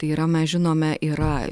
tai yra mes žinome yra